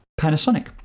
Panasonic